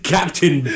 Captain